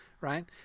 right